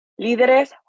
Líderes